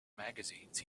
magazines